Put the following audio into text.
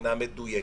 אינה מדויקת.